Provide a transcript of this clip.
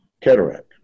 Cataract